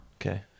okay